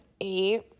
eight